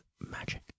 magic